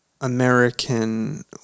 American